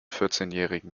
vierzehnjährigen